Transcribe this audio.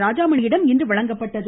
ராஜாமணியிடம் இன்று வழங்கப்பட்டன